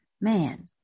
Man